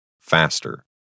faster